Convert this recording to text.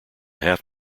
half